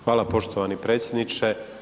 Hvala poštovani predsjedniče.